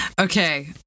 okay